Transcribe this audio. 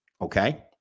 Okay